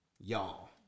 y'all